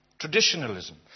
Traditionalism